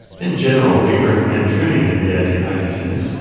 in general, we recommend trimming and re-adding hydrogens,